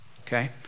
okay